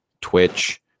Twitch